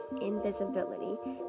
invisibility